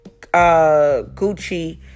Gucci